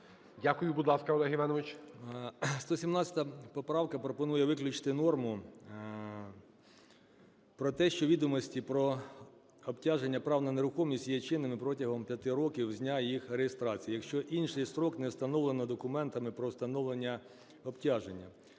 Дякую. Будь ласка, Олег Іванович.